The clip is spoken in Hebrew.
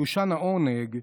מדושן העונג,